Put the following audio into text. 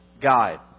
Guide